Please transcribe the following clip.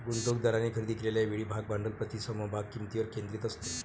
गुंतवणूकदारांनी खरेदी केलेल्या वेळी भाग भांडवल प्रति समभाग किंमतीवर केंद्रित असते